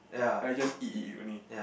then you just eat eat eat only